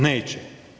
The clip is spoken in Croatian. Neće.